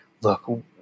look